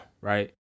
right